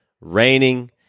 raining